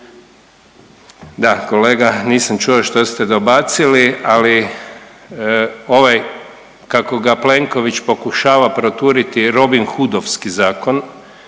Da, kolega nisam čuo što ste dobacili, ali ovaj kako ga Plenković pokušava proturiti robinhudovski zakon,